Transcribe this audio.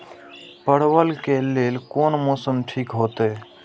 परवल के लेल कोन मौसम ठीक होते?